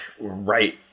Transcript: right